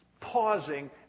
pausing